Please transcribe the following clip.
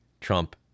Trump